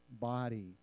body